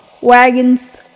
wagons